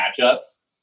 matchups